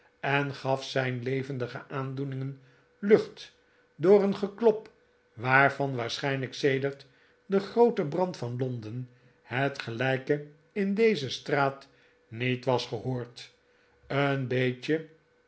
en gaf zijn levendige aandoeningen lucht door een geklop waarvan waarschijnlijk sedert den grooten brand van londen het gelijke in deze straat niet was gehoord een beetje